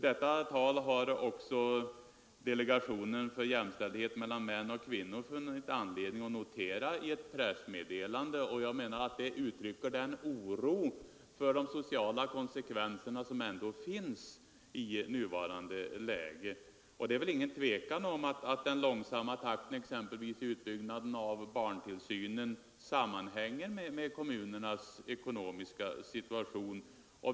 Detta har också delegationen för jämställdhet mellan män och kvinnor funnit anledning att notera i ett pressmeddelande. Vad LO ordföranden uttalat ger uttryck för den oro för de sociala konsekvenserna som det finns anledning att hysa i nuvarande läge. Det råder väl inget tvivel om att den långsamma takten, exempelvis i utbyggnaden av barntillsynen, sammanhänger med kommunernas ekonomiska situation.